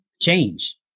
change